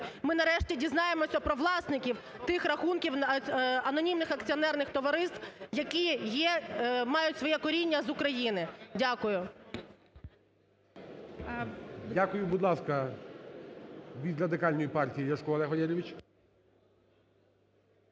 Ми нарешті дізнаємося про власників тих рахунків анонімних акціонерних товариств, які є, мають своє коріння з України. Дякую. ГОЛОВУЮЧИЙ. Дякую. Будь ласка, від Радикальної партії – Ляшко Олег Валерійович.